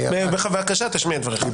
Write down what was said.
בבקשה, תשמיע את דבריך.